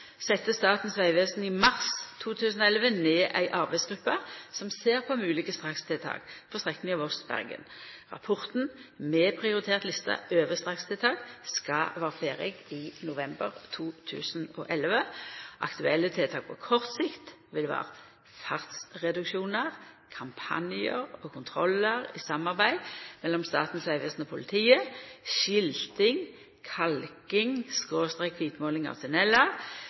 sette Statens vegvesen i mars 2011 ned ei arbeidsgruppe som ser på moglege strakstiltak på strekninga Voss–Bergen. Rapporten med prioritert liste over strakstiltak skal vera ferdig i november 2011. Aktuelle tiltak på kort sikt vil vera fartsreduksjonar, kampanjar og kontrollar i samarbeid mellom Statens vegvesen og politiet, skilting, kalking/kvitmåling av tunnelar, forsterka midtoppmerking, tilrettelegging for forbikøyring, etablering av